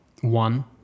One